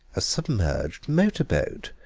a submerged motor-boat,